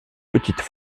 petites